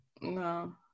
No